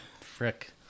frick